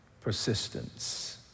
persistence